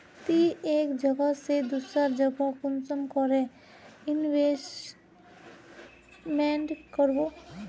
ती एक जगह से दूसरा जगह कुंसम करे इन्वेस्टमेंट करबो?